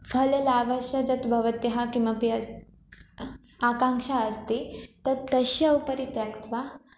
फललाभस्य यत् भवतः किमपि अस् आकाङ्क्षा अस्ति तत् तस्य उपरि त्यक्त्वा